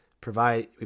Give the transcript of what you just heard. provide